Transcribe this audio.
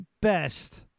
best